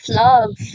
love